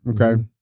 okay